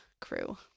Crew